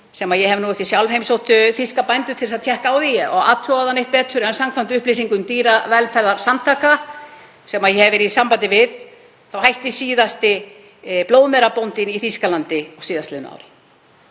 ég hef nú ekki sjálf heimsótt þýska bændur til að tékka á því og athuga það neitt betur, en samkvæmt upplýsingum dýravelferðarsamtaka sem ég hef verið í sambandi við þá hætti síðasti blóðmerabóndinn í Þýskalandi á síðastliðnu ári.